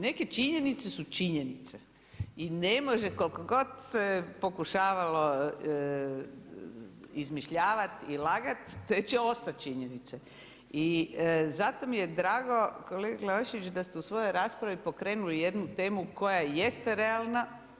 Neke činjenice su činjenice i koliko god se pokušavalo izmišljavat i lagat te će ostat činjenice i zato mi je drago kolega Glavašević da ste u svojoj raspravi pokrenuli jednu temu koja jeste realna.